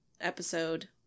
episode